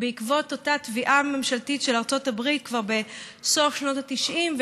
בעקבות אותה תביעה ממשלתית של ארצות הברית כבר בסוף שנות ה-90.